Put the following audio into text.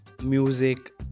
Music